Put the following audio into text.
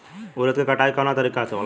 उरद के कटाई कवना तरीका से होला?